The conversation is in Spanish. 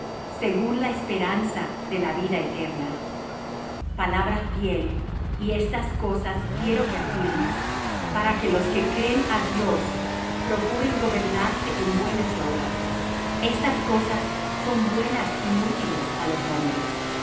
según la esperanza de la vida eterna palabra fiel y estas cosas quiero que afirmes para que los que creen á dios procuren gobernarse en buenas obras estas cosas son buenas y útiles á los hombres